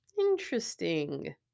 Interesting